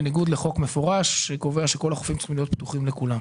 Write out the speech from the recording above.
בניגוד לחוק מפורש שקובע שכל החופים צריכים להיות פתוחים לכולם.